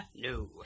No